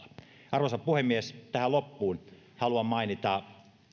arvoisa puhemies tähän loppuun haluan mainita